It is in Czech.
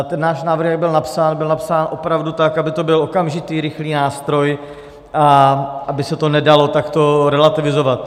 Ten náš návrh, jak byl napsán, byl napsán opravdu tak, aby to byl okamžitý rychlý nástroj a aby se to nedalo takto relativizovat.